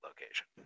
location